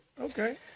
okay